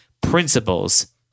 principles